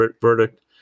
verdict